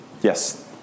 Yes